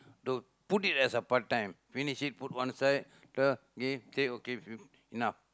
don't put it as a part-time finish it put one side the take okay enough